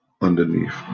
underneath